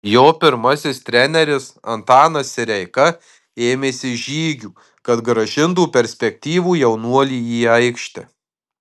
jo pirmasis treneris antanas sireika ėmėsi žygių kad grąžintų perspektyvų jaunuolį į aikštę